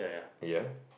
ya